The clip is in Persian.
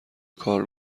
کار